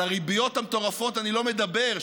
על הריביות המטורפות אני לא מדבר,